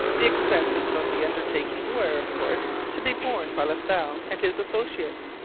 the expenses of the undertaking were, of course, to be borne by la salle and his associates,